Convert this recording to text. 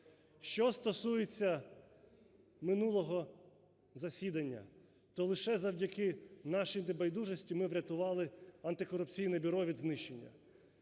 Що стосується минулого засідання, то лише завдяки нашій небайдужості ми врятували антикорупційне бюро від знищення.